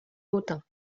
motin